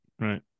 Right